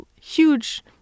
huge